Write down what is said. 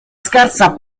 scarsa